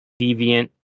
deviant